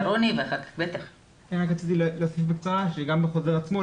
אני רק רציתי להגיד בקצרה שגם בחוזר עצמו,